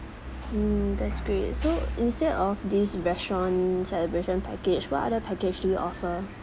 mm that's great so instead of this restaurant celebration package what other package do you offer